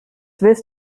willst